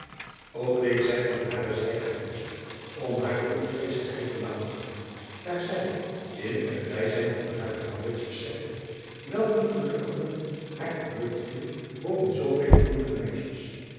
ok deed zij van hare zijde haar best om hare droefgeestigheid te matigen daar zij in het bijzijn van haren besefte welk een gelukkig lot haar te beurt viel boven zoovele andere meisjes